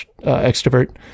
extrovert